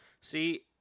See